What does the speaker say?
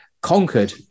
conquered